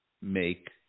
make